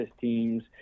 teams